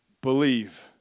believe